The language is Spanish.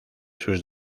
sus